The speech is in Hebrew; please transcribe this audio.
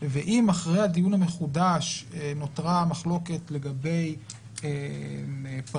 ואם אחרי הדיון המחודש נותרה מחלוקת לגבי פרטים